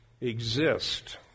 exist